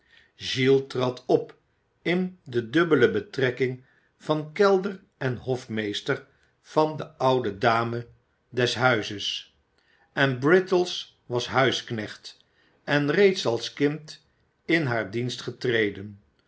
giles trad op in de dubbele belrekking van kelder en hofmeester van de oude dame des huizes en brittles was huisknecht en reeds als kind in haar dienst getreden